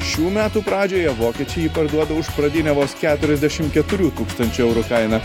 šių metų pradžioje vokiečiai jį parduoda už pradinę vos keturiasdešimt keturių tūkstančių eurų kainą